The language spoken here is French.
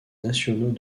nationaux